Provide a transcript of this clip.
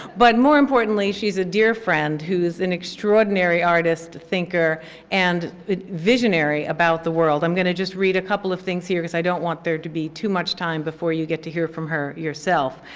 but more importantly, she's a dear friend who is an extraordinary artist thinker and visionary about the world. i'm going to just read a couple of things here because i don't want there to be too much time before you get to hear from her yourself.